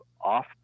off